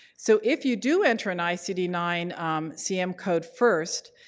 so if you do enter an i c d nine um cm code first,